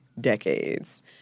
decades